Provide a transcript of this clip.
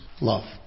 love